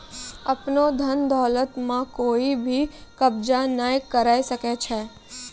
आपनो धन दौलत म कोइ भी कब्ज़ा नाय करै सकै छै